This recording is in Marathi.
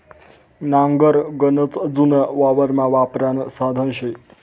नांगर गनच जुनं वावरमा वापरानं साधन शे